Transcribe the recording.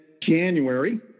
January